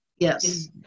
Yes